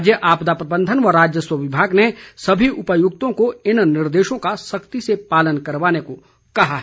राज्य आपदा प्रबंधन व राजस्व विभाग ने सभी उपायुक्तों को इन निर्देशों का सख्ती से पालन करवाने को कहा है